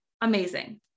Amazing